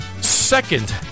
second